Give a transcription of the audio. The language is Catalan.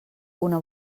una